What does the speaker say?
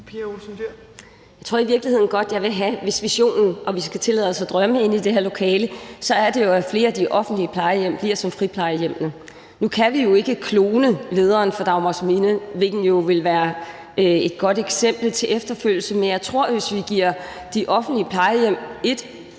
(SF): Jeg tror i virkeligheden godt, jeg vil have, hvis visionen – og vi skal tillade os at drømme inde i det her lokale – er, at flere af de offentlige plejehjem bliver som friplejehjemmene. Nu kan vi jo ikke klone lederen for Dagmarsminde, hvilket ville være et godt eksempel til efterfølgelse, men jeg tror på at give de offentlige plejehjem